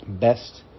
best